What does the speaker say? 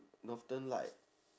northern light